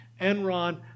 Enron